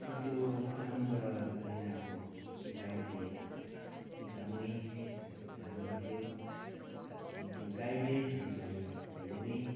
र त्यो फार्मबाट लिएर आएको गाई चाहिँ एकदमै राम्रो थियो अनि त्यो गाईले हामीलाई धेरै नै